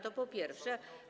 To po pierwsze.